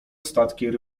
statki